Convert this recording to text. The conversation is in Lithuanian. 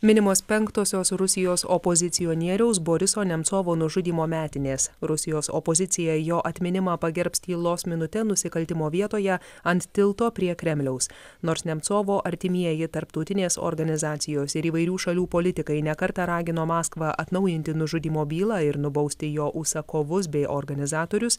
minimos penktosios rusijos opozicionieriaus boriso nemcovo nužudymo metinės rusijos opozicija jo atminimą pagerbs tylos minute nusikaltimo vietoje ant tilto prie kremliaus nors nemcovo artimieji tarptautinės organizacijos ir įvairių šalių politikai ne kartą ragino maskvą atnaujinti nužudymo bylą ir nubausti jo užsakovus bei organizatorius